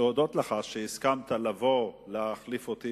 להודות לך על שהסכמת לבוא להחליף אותי,